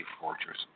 Fortress